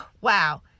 wow